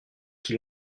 qui